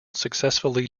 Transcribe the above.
successfully